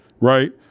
right